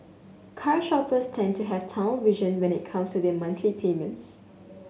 car shoppers tend to have tunnel vision when it comes to their monthly payments